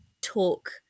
talk